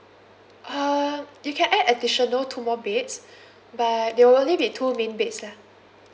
uh you can add additional two more beds but there will only be two main beds lah